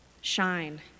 shine